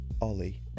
ollie